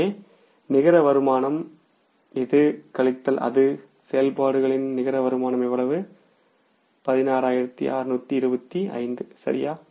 எனவே நிகர வருமானம் இது கழித்தல் அது செயல்பாடுகளின் நிகர வருமானம் எவ்வளவு 16625 சரியா